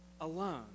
alone